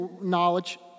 knowledge